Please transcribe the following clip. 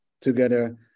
together